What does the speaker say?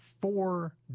four